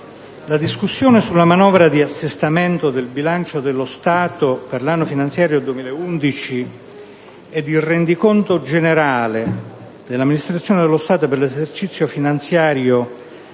la discussione sulla manovra di assestamento del bilancio dello Stato per l'anno finanziare 2011 ed il rendiconto generale dell'amministrazione dello Stato per l'esercizio finanziare